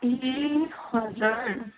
ए हजुर